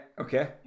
okay